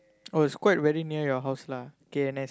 oh it's quite very near your house lah K_N_S